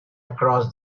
across